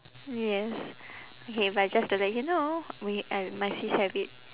yes okay but I just started you know me and my sis have it